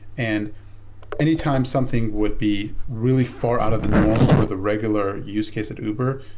and any time something would be really far out of the norm for the regular use case at uber,